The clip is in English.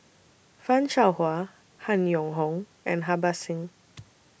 fan Shao Hua Han Yong Hong and Harbans Singh